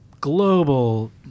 global